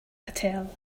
hotel